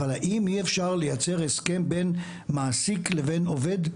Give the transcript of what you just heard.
האם אי אפשר לייצר הסכם בין מעסיק לבין עובד?